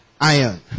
Iron